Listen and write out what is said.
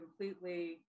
completely